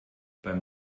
beim